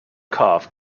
cough